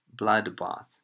bloodbath